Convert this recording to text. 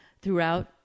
throughout